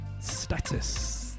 status